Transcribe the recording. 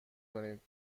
کنید